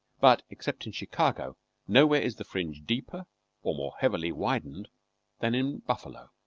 but except in chicago nowhere is the fringe deeper or more heavily widened than in buffalo.